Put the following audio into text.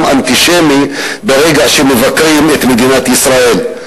אנטישמי ברגע שמבקרים את מדינת ישראל.